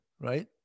right